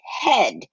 head